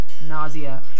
nausea